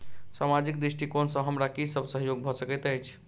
सामाजिक दृष्टिकोण सँ हमरा की सब सहयोग भऽ सकैत अछि?